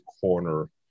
corner